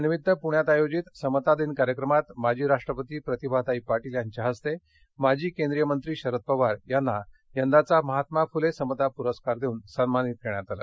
यानिमित्त पण्यात आयोजित समता दिन कार्यक्रमात माजी राष्टपती प्रतिभाताई पाटील यांच्या हस्ते माजी केंद्रीय मंत्री शरद पवार यांना यंदाचा महात्मा फुले समता पुरस्कार देऊन सन्मानित करण्यात आल